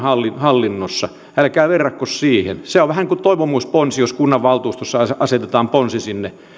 hallinnossa älkää verratko siihen se on vähän kuin toivomusponsi jos kunnanvaltuustossa asetetaan ponsi